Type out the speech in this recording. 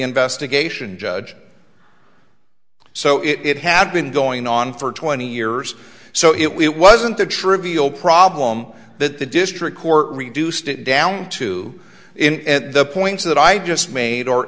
investigation judge so it had been going on for twenty years so it wasn't a trivial problem that the district court reduced it down to it at the point that i just made or